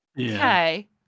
Okay